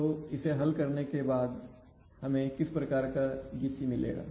तो इसे हल करने के बाद हमें किस प्रकार का Gc मिलेगा